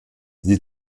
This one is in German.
sie